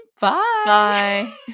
Bye